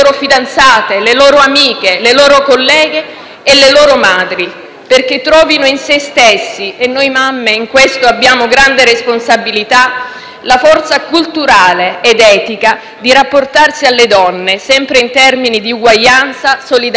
e le loro madri. Trovino in se stessi, e noi mamme in questo abbiamo grande responsabilità, la forza culturale ed etica di rapportarsi alle donne sempre in termini di uguaglianza solidarietà